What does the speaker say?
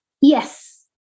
Yes